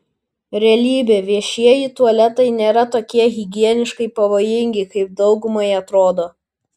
realybė viešieji tualetai nėra tokie higieniškai pavojingi kaip daugumai atrodo